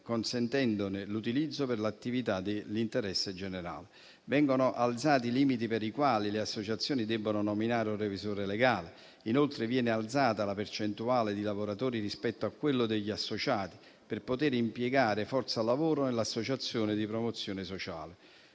consentendone l'utilizzo per attività di interesse generale. Vengono alzati i limiti per i quali le associazioni debbono nominare un revisore legale. Inoltre, viene alzata la percentuale di lavoratori rispetto a quella degli associati, per poter impiegare forza lavoro nell'associazione di promozione sociale.